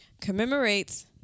commemorates